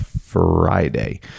friday